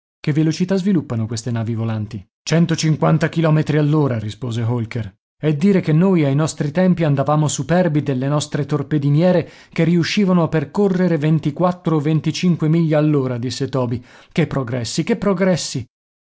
che velocità sviluppano queste navi volanti centocinquanta chilometri all'ora rispose holker e dire che noi ai nostri tempi andavamo superbi delle nostre torpediniere che riuscivano a percorrere ventiquattro o venticinque miglia all'ora disse toby che progressi che progressi